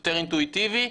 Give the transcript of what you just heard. יותר אינטואיטיבי.